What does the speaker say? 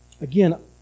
Again